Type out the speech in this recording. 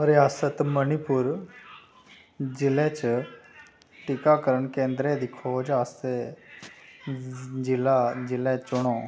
रियासत मणिपुर जिले च टीकाकरण केंदरें दी खोज आस्तै जिला जिले चुनो